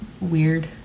weird